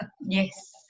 Yes